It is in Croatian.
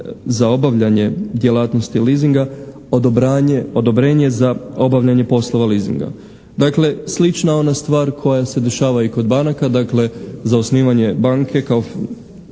za obavljanje djelatnosti leasinga, odobrenje za obavljanje poslova leasinga. Dakle slična ona stvar koja se dešava i kod banaka, dakle za osnivanje banke kao